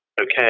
okay